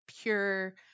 pure